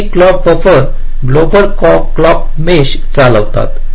आणि हे clock buffer global clock mesh चालवतात